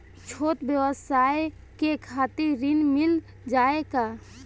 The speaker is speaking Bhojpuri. छोट ब्योसाय के खातिर ऋण मिल जाए का?